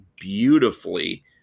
beautifully